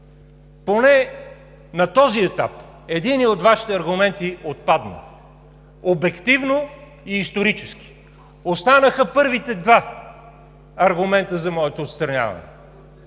Поне на този етап единият от Вашите аргументи отпадна обективно и исторически. Останаха първите два аргумента за моето отстраняване.